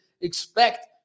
expect